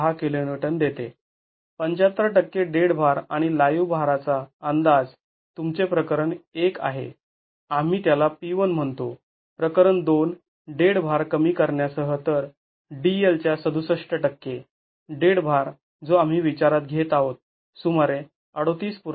६ kN देते ७५ टक्के dead भार आणि लाईव्ह भाराचा अंदाज तुमचे प्रकरण १ आहे आम्ही त्याला P 1 म्हणतो प्रकरण २ डेड भार कमी करण्यासह तर DL च्या ६७ टक्के डेड भार जो आम्ही विचारात घेत आहोत सुमारे ३८